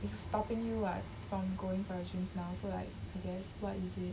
is stopping you [what] from going for your dreams now so like I guess what is it